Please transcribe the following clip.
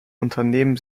unternehmen